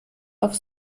auf